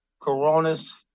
corona's